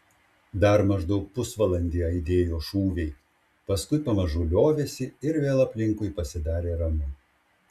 dar maždaug pusvalandį aidėjo šūviai paskui pamažu liovėsi ir vėl aplinkui pasidarė ramu